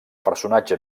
personatge